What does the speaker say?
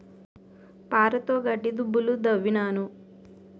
పారతోగడ్డి దుబ్బులు దవ్వినాను